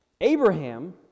Abraham